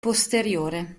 posteriore